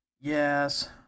Yes